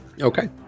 Okay